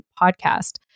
podcast